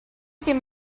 seem